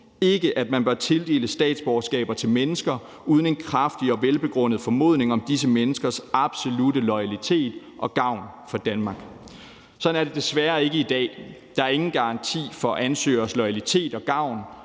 ikke, at man bør tildele statsborgerskaber til mennesker uden en kraftig og velbegrundet formodning om disse menneskers absolutte loyalitet og gavn for Danmark. Sådan er det desværre ikke i dag. Der er ingen garanti for ansøgeres loyalitet og gavn,